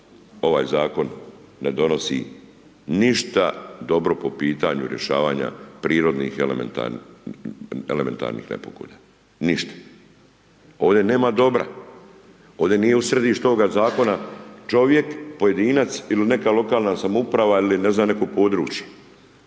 ovaj zakon ne donosi ništa dobro po pitanju rješavanja prirodnih elementarnih nepogoda, ništa. Ovdje nema dobra, ovdje nije u središtu toga zakona čovjek, pojedinac ili neka lokalna samouprava ili ne znam neko područje,